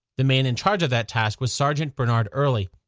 the man in charge of that task was sergeant bernard early.